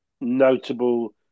notable